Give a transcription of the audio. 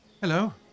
Hello